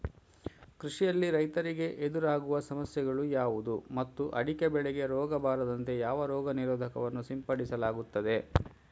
ಕೃಷಿಯಲ್ಲಿ ರೈತರಿಗೆ ಎದುರಾಗುವ ಸಮಸ್ಯೆಗಳು ಯಾವುದು ಮತ್ತು ಅಡಿಕೆ ಬೆಳೆಗೆ ರೋಗ ಬಾರದಂತೆ ಯಾವ ರೋಗ ನಿರೋಧಕ ವನ್ನು ಸಿಂಪಡಿಸಲಾಗುತ್ತದೆ?